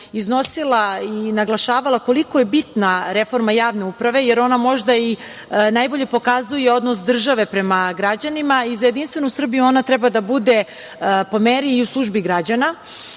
iznosila i naglašavala koliko je bitna reforma javne uprave, jer ona možda i najbolje pokazuje odnos države prema građanima i za JS ona treba da bude po meri i u službi građana.